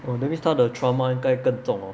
oh that means 他的 trauma 因该更重 hor